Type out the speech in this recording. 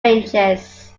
ranges